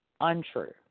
untrue